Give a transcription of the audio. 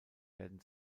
werden